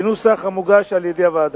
בנוסח המוגש על-ידי הוועדה.